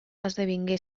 esdevingué